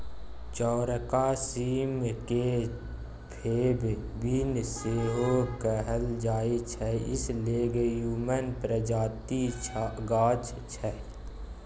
चौरका सीम केँ फेब बीन सेहो कहल जाइ छै इ लेग्युम प्रजातिक गाछ छै